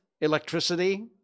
electricity